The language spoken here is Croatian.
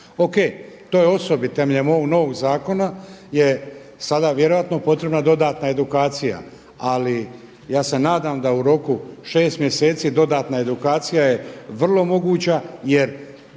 tako. Toj osobi temeljem ovog novog zakona je sada vjerojatno potrebna dodatna edukacija, ali ja se nadam da u roku šest mjeseci dodatna edukacija je vrlo moguća jer